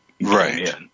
right